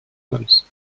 months